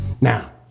Now